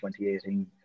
2018